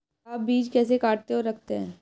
आप बीज कैसे काटते और रखते हैं?